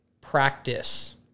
practice